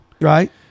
Right